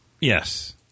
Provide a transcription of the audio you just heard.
Yes